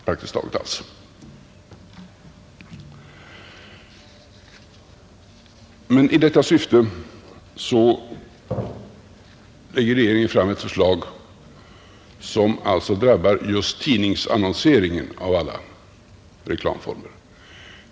Regeringen lägger nu fram ett förslag som drabbar just tidningsannonseringen av alla reklamformer.